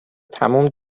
تموم